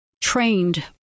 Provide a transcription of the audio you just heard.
trained